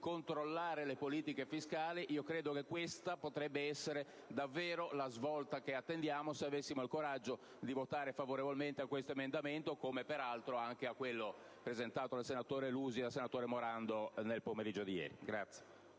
controllare le politiche fiscali ed io credo che questa potrebbe essere davvero la svolta che attendiamo, se avremo il coraggio di votare favorevolmente a questo emendamento, come peraltro anche a quello presentato dai senatori Lusi e Morando nel pomeriggio di ieri.